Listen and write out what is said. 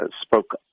spoke